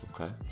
Okay